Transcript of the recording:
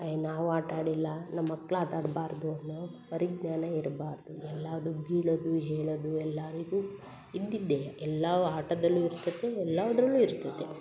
ಅಯ್ ನಾವು ಆಟ ಆಡಿಲ್ಲ ನಮ್ಮ ಮಕ್ಳು ಆಟಾಡಬಾರ್ದು ಅನ್ನೋ ಪರಿಜ್ಞಾನ ಇರಬಾರ್ದು ಎಲ್ಲದೂ ಬೀಳೋದು ಹೇಳೋದು ಎಲ್ಲರಿಗೂ ಇದ್ದಿದ್ದೇ ಎಲ್ಲ ಆಟದಲ್ಲೂ ಇರ್ತದೆ ಎಲ್ಲವ್ದ್ರಲ್ಲೂ ಇರ್ತದೆ